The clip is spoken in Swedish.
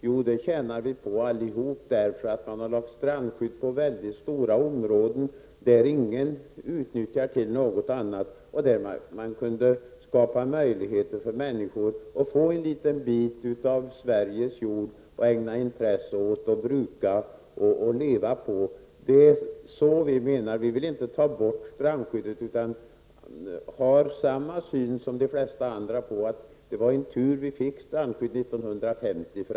Jo, det tjänar vi på allihop, eftersom man har lagt strandskydd på mycket stora områden som ingen utnyttjar till något annat. Där skulle man kunna skapa möjligheter för människor att få en liten bit av Sveriges jord att ägna intresse åt, bruka och leva på. Det är så vi menar. Vi vill inte ta bort strandskyddet. Vi har samma syn som de flesta andra på att det var tur att vi fick strandskydd 1950.